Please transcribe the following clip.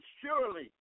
surely